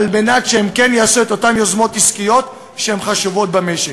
כדי שהם כן יעשו את אותן יוזמות עסקיות שהן חשובות למשק.